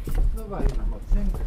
nu va einam aplink